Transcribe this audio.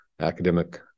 academic